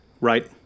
right